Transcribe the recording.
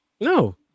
No